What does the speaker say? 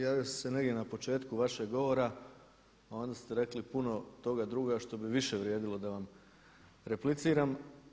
Javio sam se negdje na početku vašeg govora, onda ste rekli puno toga drugoga što bi više vrijedilo da vam repliciram.